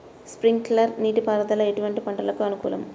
Sprinkler నీటిపారుదల ఎటువంటి పంటలకు అనుకూలము?